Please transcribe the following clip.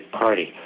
party